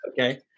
Okay